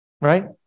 right